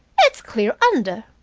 it's clear under!